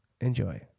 Enjoy